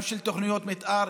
גם של תוכניות מתאר,